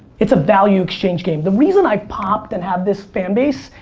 it's a value exchange game. the reason i've popped and have this fan base,